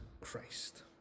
christ